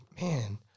man